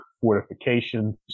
fortifications